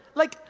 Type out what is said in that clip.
like,